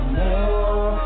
more